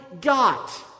got